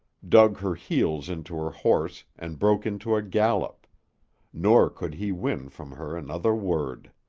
dug her heels into her horse and broke into a gallop nor could he win from her another word.